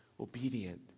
obedient